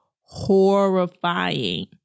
horrifying